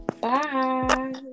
Bye